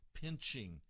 pinching